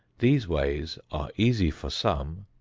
these ways are easy for some,